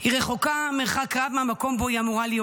היא רחוקה מרחק רב מהמקום שבו היא אמורה להיות.